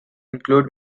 include